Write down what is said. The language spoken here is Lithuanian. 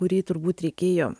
kurį turbūt reikėjo